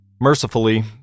Mercifully